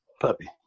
puppy